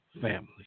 family